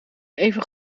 even